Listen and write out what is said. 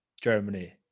Germany